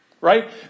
Right